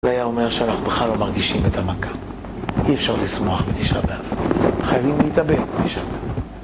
זה היה אומר שאנחנו בכלל לא מרגישים את המכה, אי אפשר לשמוח בתשעה באב. חייבים להתאבל בתשעה באב.